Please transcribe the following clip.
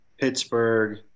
Pittsburgh